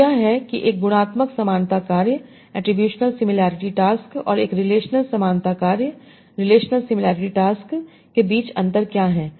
तो यह है कि एक गुणात्मक समानता कार्य और एक रिलेशनल समानता कार्य के बीच अंतर क्या है